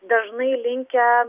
dažnai linkę